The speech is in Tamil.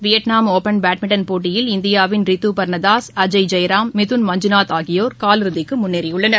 வியட்நாம் ஒபன் பேட்மிட்டன் போட்டியில் இந்தியாவின் ரித்தபா்னதாஸ் அஜய் ஜெயராம் மிதுன் மஞ்சுநாத் ஆகியோர் காலிறுதிக்குமுன்னேறியுள்ளனர்